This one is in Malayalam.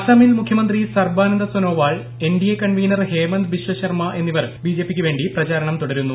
അസമിൽ മുഖ്യമന്ത്രി സർബാനന്ദ സോനോവാൾ എൻഇഡിഎ കൺവീനർ ഹേമന്ദ് ബിശ്വ ശർമ എന്നിവർ ബിജെപിയ്ക്ക് വേണ്ടി പ്രചാരണം തുടരുന്നു